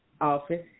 office